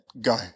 go